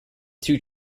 two